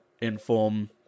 inform